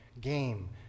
game